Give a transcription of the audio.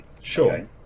sure